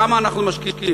כמה אנחנו משקיעים?